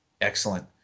Excellent